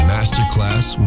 Masterclass